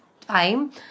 time